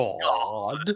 god